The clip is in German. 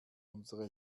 unsere